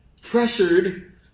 pressured